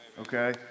okay